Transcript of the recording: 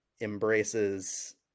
embraces